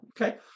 Okay